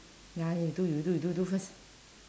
ya you do you do you do do first